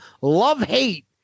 love-hate